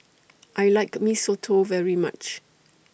I like Mee Soto very much